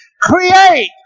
Create